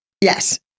Yes